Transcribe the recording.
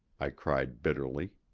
i cried bitterly.